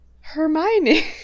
Hermione